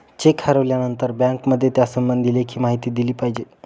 check हरवल्यानंतर बँकेमध्ये त्यासंबंधी लेखी माहिती दिली पाहिजे